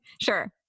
Sure